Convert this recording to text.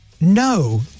No